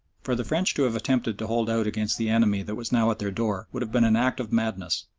for the french to have attempted to hold out against the enemy that was now at their door would have been an act of madness,